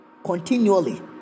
Continually